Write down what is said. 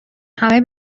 همه